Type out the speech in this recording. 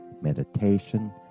meditation